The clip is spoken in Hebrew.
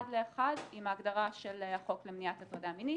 לאחד עם הגדרה של החוק למניעת הטרדה מינית.